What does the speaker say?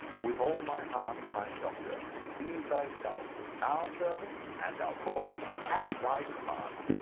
with all my heart, kind doctor please thyself our servants and our court's at thy command.